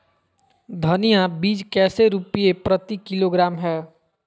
धनिया बीज कैसे रुपए प्रति किलोग्राम है?